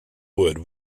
wood